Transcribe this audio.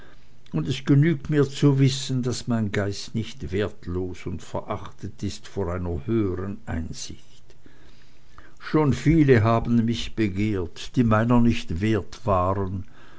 und es genügt mir zu wissen daß mein geist nicht wertlos und verachtet ist vor einer höheren einsicht schon viele haben mich begehrt die meiner nicht wert waren